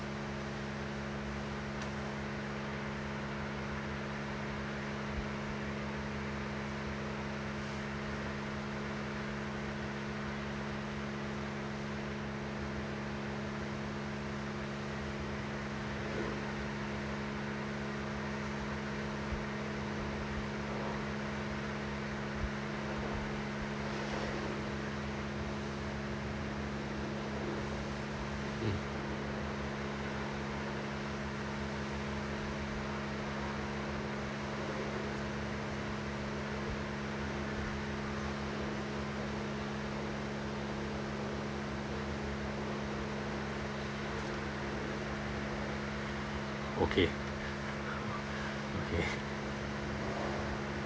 okay okay